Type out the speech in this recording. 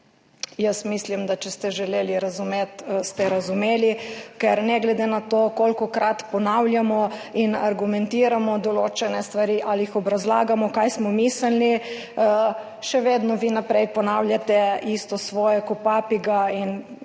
Mislim, da če ste želeli razumeti, ste razumeli. Ker ne glede na to, kolikokrat ponavljamo in argumentiramo določene stvari ali obrazlagamo, kaj smo mislili, še vedno vi naprej ponavljate isto svoje kot papiga.